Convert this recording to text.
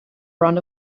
front